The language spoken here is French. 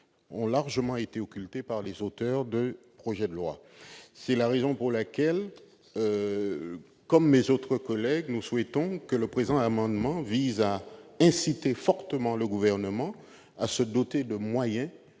ont largement été occultées par les auteurs de ce projet de loi. C'est la raison pour laquelle, comme mes autres collègues, je souhaite, avec le présent amendement, inciter fortement le Gouvernement à se doter de moyens